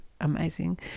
amazing